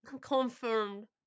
confirmed